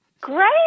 Great